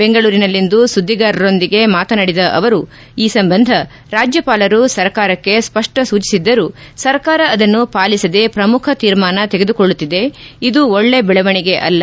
ಬೆಂಗಳೂರಿನಲ್ಲಿಂದು ಸುದ್ಗಿಗಾರರೊಂದಿಗೆ ಮಾತನಾಡಿದ ಅವರು ಈ ಸಂಬಂಧ ರಾಜ್ಯಪಾಲರು ಸರ್ಕಾರಕ್ಕೆ ಸ್ಪಷ್ಟವಾಗಿ ಸೂಚಿಸಿದ್ದರೂ ಸರ್ಕಾರ ಅದನ್ನು ಪಾಲಿಸದೇ ಪ್ರಮುಖ ತೀರ್ಮಾನಗಳನ್ನು ತೆಗೆದುಕೊಳ್ಳುತ್ತಿದೆ ಇದು ಒಳ್ಳೆ ಬೆಳವಣಿಗೆ ಅಲ್ಲ